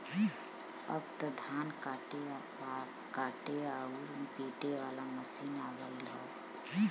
अब त धान काटे आउर पिटे वाला मशीन आ गयल हौ